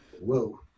Whoa